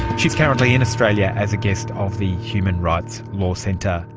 she is currently in australia as a guest of the human rights law centre.